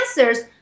answers